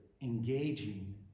engaging